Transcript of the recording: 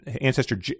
ancestor